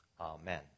amen